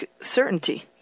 certainty